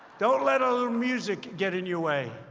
don't let a little music get in your way.